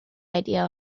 idea